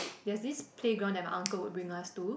there is this playground that my uncle will bring us to